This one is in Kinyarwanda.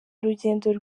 urugendo